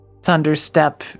thunderstep